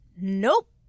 nope